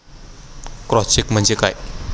Cross check म्हणजे काय?